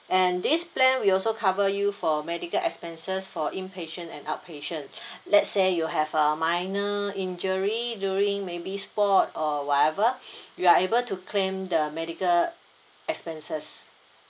and this plan we also cover you for medical expenses for in patient and out patient let's say you have a minor injury during maybe sport or whatever you are able to claim the medical expenses